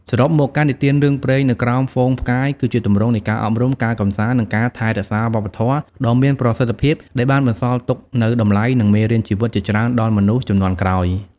សរុបមក ការនិទានរឿងព្រេងនៅក្រោមហ្វូងផ្កាយ គឺជាទម្រង់នៃការអប់រំ ការកម្សាន្ត និងការថែរក្សាវប្បធម៌ដ៏មានប្រសិទ្ធភាព ដែលបានបន្សល់ទុកនូវតម្លៃ និងមេរៀនជីវិតជាច្រើនដល់មនុស្សជំនាន់ក្រោយ ។